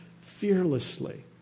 fearlessly